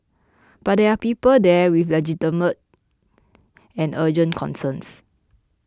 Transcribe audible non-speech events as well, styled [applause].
but there are people there with legitimate [hesitation] and urgent concerns